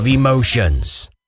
Emotions